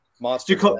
monster